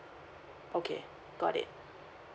okay got it